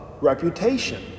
reputation